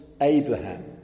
Abraham